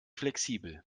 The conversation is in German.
flexibel